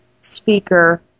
speaker